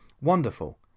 wonderful